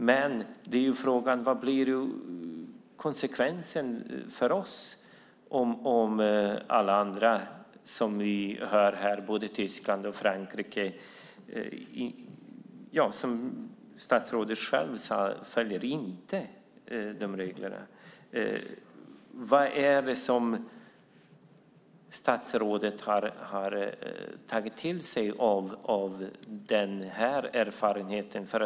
Men frågan är vad konsekvensen blir för oss om de andra, både Tyskland och Frankrike, inte följer reglerna, som statsrådet själv sade. Vad har statsrådet tagit till sig av den här erfarenheten?